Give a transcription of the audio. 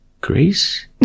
Greece